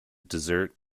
dessert